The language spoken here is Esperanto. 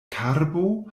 karbo